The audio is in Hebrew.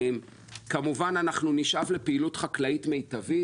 כמובן, אנחנו נשאף לפעילות חקלאית מיטבית.